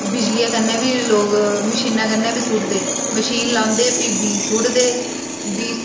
बिजलियै कन्नै बी लोक मशीनै कन्नै बी सुट्टदे मशीन लांदे फ्ही बीऽ सुट्टदे बीऽ